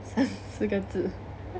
四个字